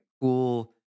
cool